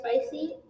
spicy